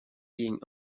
being